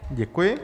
Děkuji.